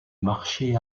marché